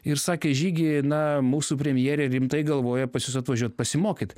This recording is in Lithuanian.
ir sakė žygį na mūsų premjerė rimtai galvoja pas jus atvažiuot pasimokyt